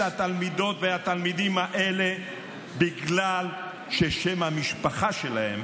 התלמידות והתלמידים האלה בגלל ששם המשפחה שלהם